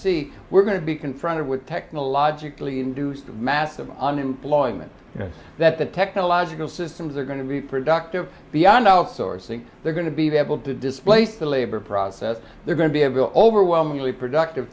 see we're going to be confronted with technologically induced massive unemployment that the technological systems are going to be productive beyond outsourcing they're going to be they have to displace the labor process they're going to have overwhelmingly productive